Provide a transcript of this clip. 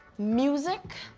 music,